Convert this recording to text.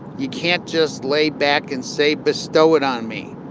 you can't just lay back and say, bestow it on me.